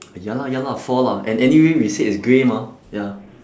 ya lah ya lah four lah and anyway we said it's grey mah ya